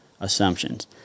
assumptions